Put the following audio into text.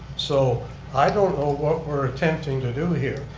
so i don't know what we're attempting to do here.